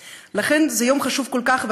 לכן זה יום חשוב כל כך,